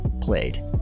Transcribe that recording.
played